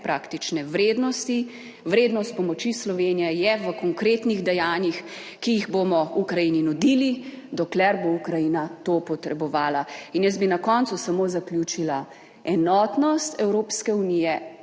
praktične vrednosti. Vrednost pomoči Slovenije je v konkretnih dejanjih, ki jih bomo Ukrajini nudili, dokler bo Ukrajina to potrebovala. In bi na koncu samo zaključila - enotnost Evropske unije